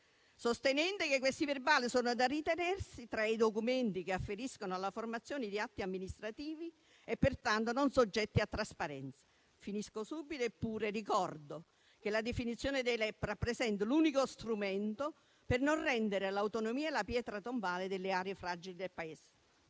sostenendo che questi verbali sono da ritenersi tra i documenti che afferiscono alla formazione di atti amministrativi e pertanto non soggetti a trasparenza. Eppure ricordo che la definizione dei LEP rappresenta l'unico strumento per non rendere l'autonomia la pietra tombale delle aree fragili del Paese.